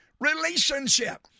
relationship